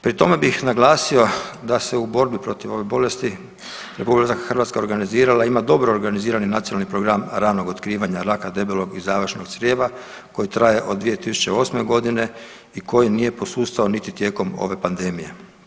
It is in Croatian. Pri tome bih naglasio da se u borbi protiv ove bolesti Republika Hrvatska organizirala, ima dobro organizirani nacionalni program ranog otkrivanja raka debelog i završnog crijeva koji traje od 2008. godine i koji nije posustao niti tijekom ove pandemije.